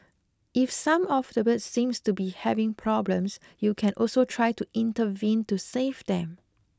if some of the birds seems to be having problems you can also try to intervene to save them